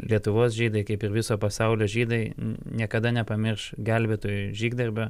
lietuvos žydai kaip ir viso pasaulio žydai niekada nepamirš gelbėtojų žygdarbio